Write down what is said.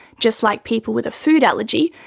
just like people with a food allergy,